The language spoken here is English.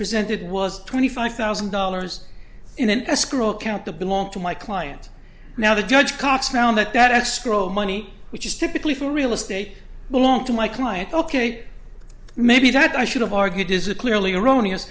presented was twenty five thousand dollars in an escrow account to belong to my client now the judge cox found that that escrow money which is typically for real estate belonged to my client ok maybe that i should have argued is a clearly erroneous